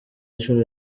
inshuro